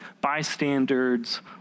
bystanders